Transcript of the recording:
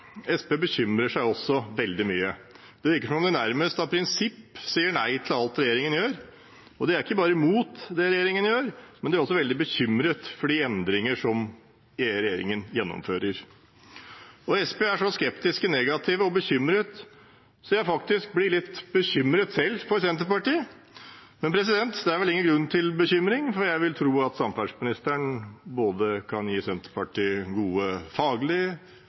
Senterpartiet bekymrer seg også veldig mye. Det virker som om de nærmest av prinsipp sier nei til alt regjeringen gjør. De er ikke bare imot det regjeringen gjør, men de er også veldig bekymret for de endringer som regjeringen gjennomfører. Senterpartiet er så skeptiske, negative og bekymret at jeg faktisk selv blir litt bekymret for Senterpartiet. Men det er vel ingen grunn til bekymring, for jeg vil tro at samferdselsministeren kan gi Senterpartiet både gode